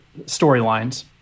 storylines